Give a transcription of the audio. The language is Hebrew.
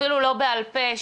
אפילו לא בעל פה,